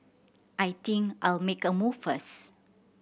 I think I'll make a move first